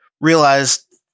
realized